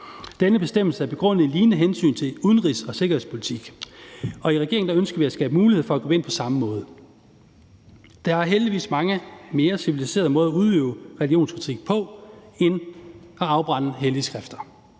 Denne bestemmelse er begrundet i et lignende hensyn til udenrigs- og sikkerhedspolitik, og i regeringen ønsker vi her på samme måde at skabe en mulighed for at gribe ind. Der er heldigvis mange mere civiliserede måder at udøve religionskritik på end at afbrænde hellige skrifter.